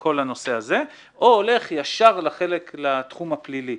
וכל הנושא הזה, או הולך ישר לתחום הפלילי.